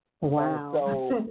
Wow